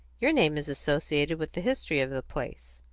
your name is associated with the history of the place,